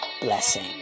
Blessing